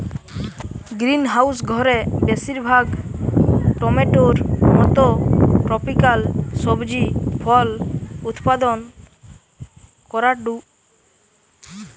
greenhouse ঘরে বেশিরভাগ টমেটোর মতো ট্রপিকাল সবজি ফল উৎপাদন করাঢু